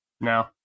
No